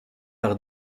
par